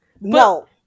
No